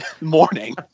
morning